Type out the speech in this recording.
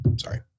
sorry